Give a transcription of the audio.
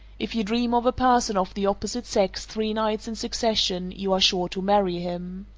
if you dream of a person of the opposite sex three nights in succession, you are sure to marry him.